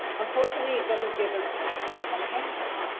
unfortunately it doesn't give us the contents.